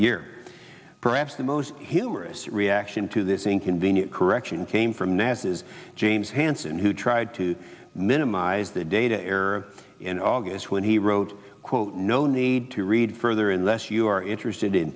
year perhaps the most humorous reaction to this inconvenient correction came from nasa is james hansen who tried to minimize the data error in august when he wrote quote no need read further unless you are interested in